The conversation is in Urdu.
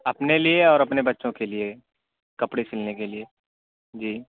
اپنے لیے اور اپنے بچوں کے لیے کپڑے سلنے کے لیے جی